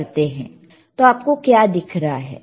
तो आपको क्या दिख रहा है